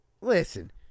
listen